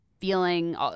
feeling –